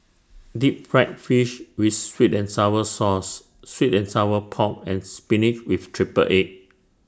Deep Fried Fish with Sweet and Sour Sauce Sweet and Sour Pork and Spinach with Triple Egg